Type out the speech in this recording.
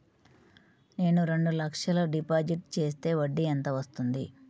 నేను రెండు లక్షల డిపాజిట్ చేస్తే వడ్డీ ఎంత వస్తుంది?